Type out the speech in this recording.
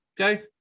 Okay